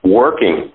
working